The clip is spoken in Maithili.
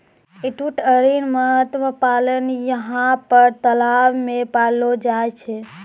एस्टुअरिन मत्स्य पालन यहाँ पर तलाव मे पाललो जाय छै